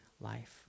life